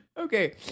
okay